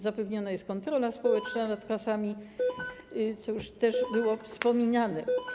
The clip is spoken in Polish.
Zapewniona jest kontrola społeczna nad kasami, co też już było wspominane.